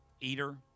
eater